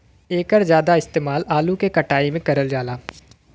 एकर जादा इस्तेमाल आलू के कटाई में करल जाला